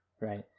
right